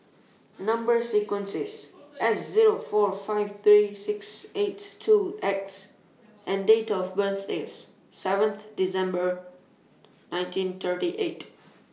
Number sequence IS S Zero four five three six eight two X and Date of birth IS seventh December nineteen thirty eight